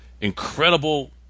incredible